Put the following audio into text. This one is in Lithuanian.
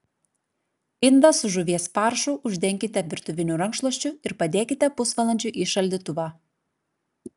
indą su žuvies faršu uždenkite virtuviniu rankšluosčiu ir padėkite pusvalandžiui į šaldytuvą